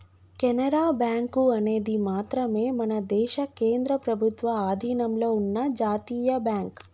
Canara bank అనేది మాత్రమే మన దేశ కేంద్ర ప్రభుత్వ అధీనంలో ఉన్న జాతీయ బ్యాంక్